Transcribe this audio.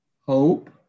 hope